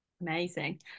amazing